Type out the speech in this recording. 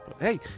Hey